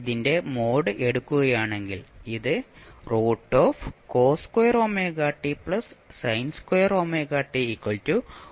ഇതിന്റെ മോഡ് എടുക്കുകയാണെങ്കിൽ ഇത് ആയി മാറും